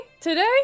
today